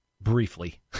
briefly